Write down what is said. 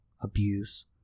abuse